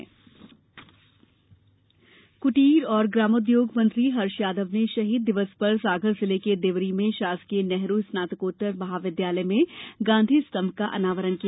अनावरण कुटीर और ग्रामोद्योग मंत्री हर्ष यादव ने शहीद दिवस पर सागर जिले के देवरी में शासकीय नेहरू स्नातकोत्तर महाविद्यालय में गांधी स्तंभ का अनावरण किया